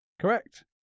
Correct